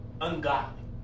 Ungodly